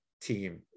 team